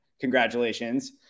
congratulations